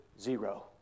zero